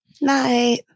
Night